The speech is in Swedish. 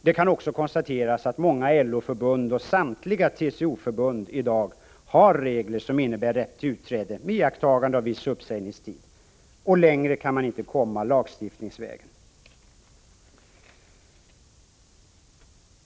Det kan också konstateras att många LO-förbund och samtliga TCO-förbund i dag har regler som innebär rätt till utträde med iakttagande av viss uppsägningstid. Längre kan man inte komma lagstiftningsvägen.